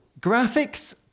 graphics